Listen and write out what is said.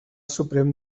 suprem